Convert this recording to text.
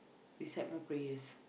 recite more prayers